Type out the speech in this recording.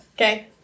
Okay